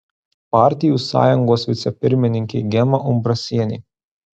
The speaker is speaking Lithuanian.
partijų sąjungos vicepirmininkė gema umbrasienė